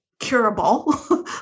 curable